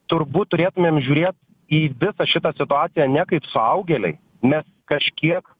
turbūt turėtumėm žiūrėt į visą šitą situaciją ne kaip suaugėliai mes kažkiek